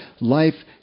life